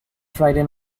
friday